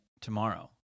tomorrow